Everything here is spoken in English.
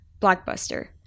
blockbuster